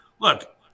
Look